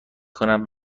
کنم